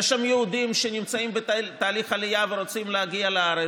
יש שם יהודים שנמצאים בתהליך עלייה ורוצים להגיע לארץ.